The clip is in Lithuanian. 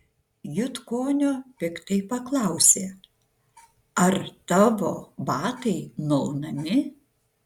jutkonio piktai paklausė ar tavo batai nuaunami